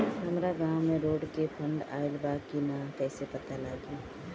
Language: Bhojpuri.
हमरा गांव मे रोड के फन्ड आइल बा कि ना कैसे पता लागि?